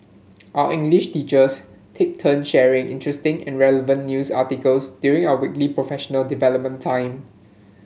our English teachers take turns sharing interesting and relevant news articles during our weekly professional development time